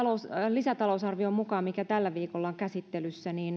lisätalousarvion mukaan mikä tällä viikolla on käsittelyssä